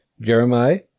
Jeremiah